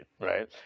Right